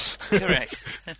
Correct